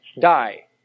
die